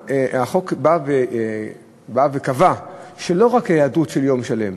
החוק בא וקבע: לא רק היעדרות של יום שלם.